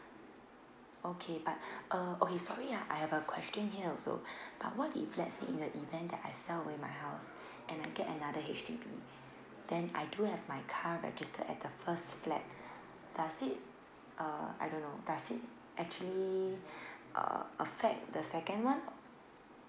okay but uh okay sorry yeah I have a question here also but what if let's say in the event that I sell away my house and I get another H_D_B then I do have my car register at the first flat does it uh I don't know does it actually uh affect the second one